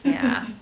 ya